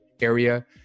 area